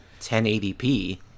1080p